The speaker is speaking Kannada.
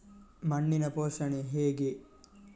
ಮಣ್ಣಿನ ಪೋಷಣೆ ಹೇಗೆ?